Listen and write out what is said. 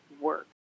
work